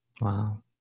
Wow